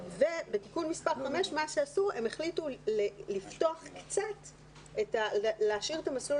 בתיקון מספר 5 החליטו להשאיר את המסלול